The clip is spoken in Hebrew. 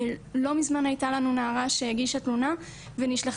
לא מזמן היתה לנו נערה שהגישה תלונה ונשלחה